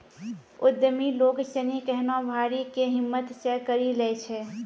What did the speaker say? उद्यमि लोग सनी केहनो भारी कै हिम्मत से करी लै छै